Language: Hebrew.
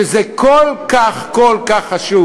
וזה כל כך כל כך חשוב.